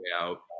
out